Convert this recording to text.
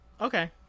Okay